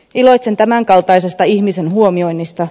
iloitsen tämän kaltaisesta ihmisen huomioinnista